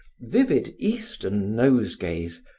vivid eastern nosegays,